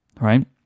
Right